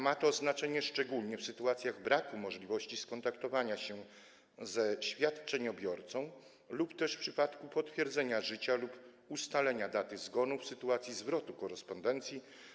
Ma to znaczenie szczególnie w sytuacji braku możliwości skontaktowania się ze świadczeniobiorcą lub też w przypadku potwierdzenia życia lub ustalenia daty zgonu w sytuacji zwrotu korespondencji.